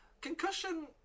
Concussion